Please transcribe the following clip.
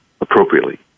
appropriately